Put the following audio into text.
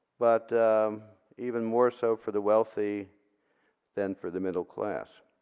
but even more so for the wealthy than for the middle class.